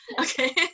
okay